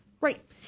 Right